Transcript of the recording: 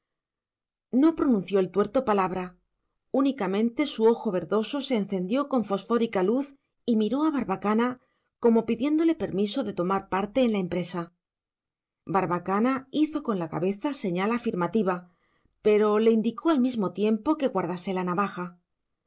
no pronunció el tuerto palabra únicamente su ojo verdoso se encendió con fosfórica luz y miró a barbacana como pidiéndole permiso de tomar parte en la empresa barbacana hizo con la cabeza señal afirmativa pero le indicó al mismo tiempo que guardase la navaja